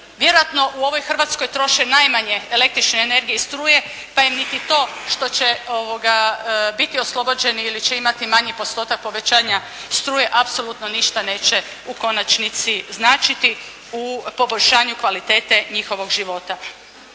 vjerojatno u ovoj Hrvatskoj troše najmanje električne energije i struje, pa im niti to što će biti oslobođeni ili će imati manji postotak povećanja struje apsolutno ništa neće u konačnici značiti u poboljšanju kvalitete njihovog života.